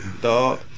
Dog